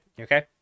Okay